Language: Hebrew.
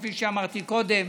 כפי שאמרתי קודם.